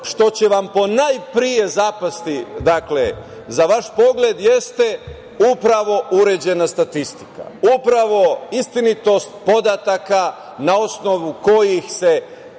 što će vam najpre zapasti za vaš pogled jeste upravo uređena statistika, upravo istinitost podataka na osnovu kojih se